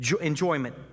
Enjoyment